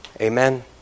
amen